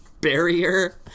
barrier